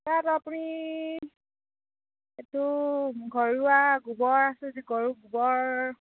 তাত আপুনি এইটো ঘৰুৱা গোবৰ আছে যে গৰু গোবৰ